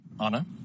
Anna